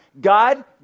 God